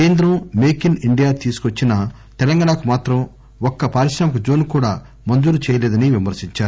కేంద్రం make in India తీసుకొచ్చినా తెలంగాణకు మాత్రం ఒక్క పారిశ్రామిక జోస్ ను కూడా మంజూరు చేయలేదని విమర్శించారు